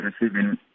receiving